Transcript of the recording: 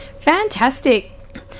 Fantastic